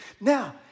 Now